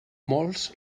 molts